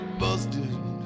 busted